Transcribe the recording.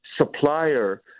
supplier